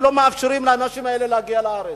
שלא מאפשרים לאנשים האלה להגיע לארץ.